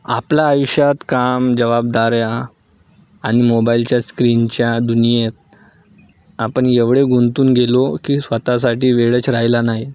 आपल्या आयुष्यात काम जबाबदाऱ्या आणि मोबाईलच्या स्क्रीनच्या दुनियेत आपण एवढे गुंतून गेलो की स्वत साठी वेळचं राहिला नाही